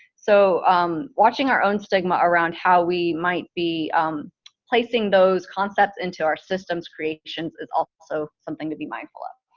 so watching our own stigma around how we might be placing those concepts into our system's creations is also something to be mindful of.